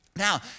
Now